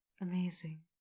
amazing